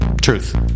Truth